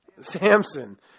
Samson